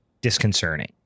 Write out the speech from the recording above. disconcerting